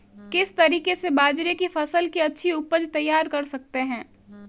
किस तरीके से बाजरे की फसल की अच्छी उपज तैयार कर सकते हैं?